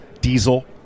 Diesel